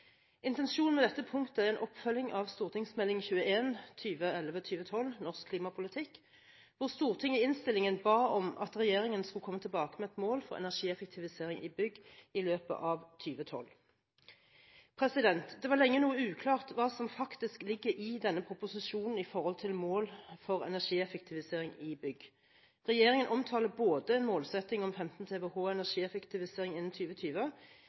Intensjonen med dette punktet er en oppfølging av Meld. St. 21 for 2011–2012 Norsk klimapolitikk, der Stortinget i innstillingen ba om at regjeringen skulle komme tilbake med et mål for energieffektivisering i bygg i løpet av 2012. Det var lenge noe uklart hva som faktisk ligger i denne proposisjonen når det gjelder mål for energieffektivisering i bygg. Regjeringen omtaler en målsetting om 15 TWh energieffektivisering innen